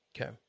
Okay